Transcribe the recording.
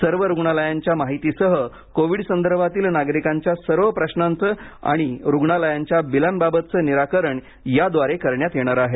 सर्व रुग्णालयांच्या माहितीसह कोवीडसंदर्भातील नागरिकांच्या सर्व प्रश्नांचे आणि रुग्णालयांच्या बिलांबाबतचं निराकरण याद्वारे करण्यात येणार आहे